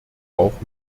auch